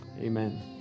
Amen